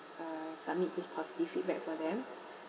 uh submit this positive feedback for them